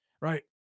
right